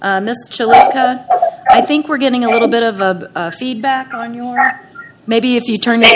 you i think we're getting a little bit of feedback on your maybe if you turn a